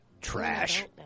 Trash